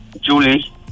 Julie